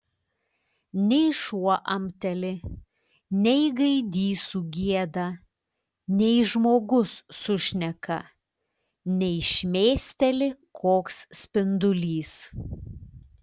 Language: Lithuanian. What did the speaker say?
nei šuo amteli nei gaidys sugieda nei žmogus sušneka nei šmėsteli koks spindulys